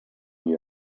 new